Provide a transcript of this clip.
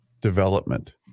development